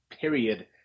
period